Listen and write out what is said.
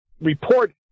report